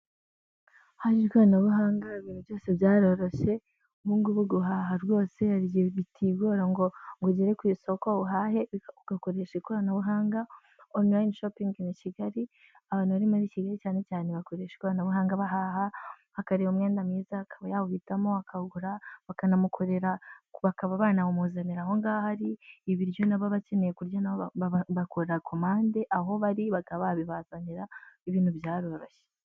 Haje ikoranabuhanga ibintu byose byaroroshye, ubu ngubu guhaha rwose hari igihe bitigora ngo ugere ku isoko uhahe, ugakoresha ikoranabuhanga, onurayini shopingi ini Kigali, abantu bari muri Kigali cyane cyane bakoresha ikoranabuhanga bahaha, akareba umwenda mwiza akaba yawuhitamo akawugura, bakanamukorera, bakaba banawumuzanira aho ngaho ari, ibiryo nabo abakeneye kurya nabo bakora komande aho bari, bakaba babibazanira, ibintu byaroroshye.